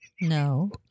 No